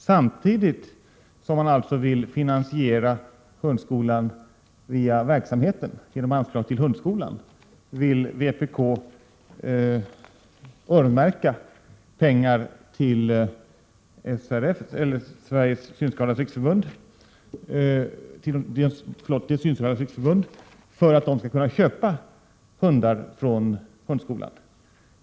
Samtidigt som man alltså vill finansiera hundskolan via verksamheten, genom anslag till hundskolan, vill vpk öronmärka pengar till Synskadades riksförbund för inköp av hundar från hundskolan.